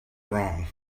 wrong